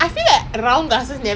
ya I'm so glad he came to us lah